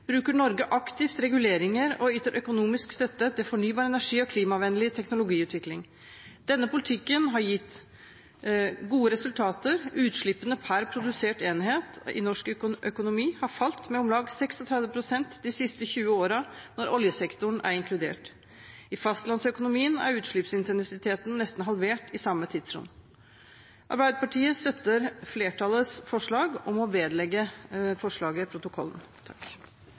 bruker Norge aktivt reguleringer og yter økonomisk støtte til fornybar energi og klimavennlig teknologiutvikling. Denne politikken har gitt gode resultater, utslippene per produsert enhet i norsk økonomi har falt med om lag 36 pst. de siste 20 årene når oljesektoren er inkludert. I fastlandsøkonomien er utslippsintensiteten nesten halvert i samme tidsrom. Arbeiderpartiet støtter flertallets forslag om å vedlegge forslaget protokollen.